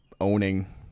owning